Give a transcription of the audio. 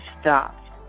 stopped